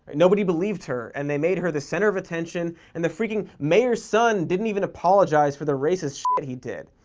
nobody believed her, and they made her the center of attention, and the freaking mayor's son didn't even apologize for the racist sh t he did.